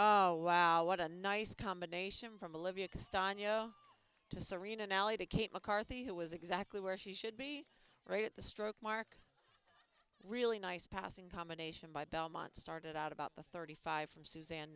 convert what a nice combination from a livia cost on yo to serena nally to kate mccarthy who was exactly where she should be right at the stroke mark really nice passing combination by belmont started out about the thirty five from suzanne